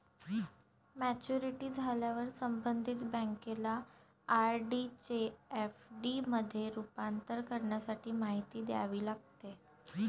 maturity झाल्यावर संबंधित बँकेला आर.डी चे एफ.डी मध्ये रूपांतर करण्यासाठी माहिती द्यावी लागते